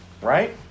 Right